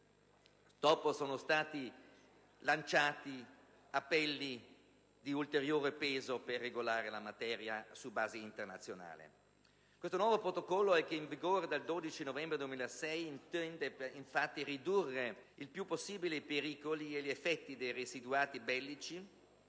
dove sono stati fatti ulteriori appelli di peso per regolare la materia su base internazionale. Questo nuovo Protocollo, che è in vigore dal 12 novembre 2006, intende ridurre il più possibile i pericoli e gli effetti dei residuati bellici